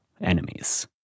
enemies